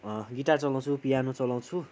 guitar चलाउँछु piano चलाउँछु